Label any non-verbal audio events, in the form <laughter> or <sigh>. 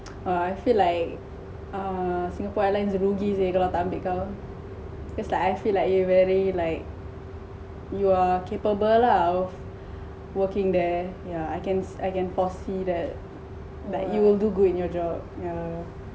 <noise> err I feel like err singapore airlines rugi seh kalau tak ambik kau cause like I feel like you very like you are capable ah of working there yeah I can I can foresee that you will do good in your job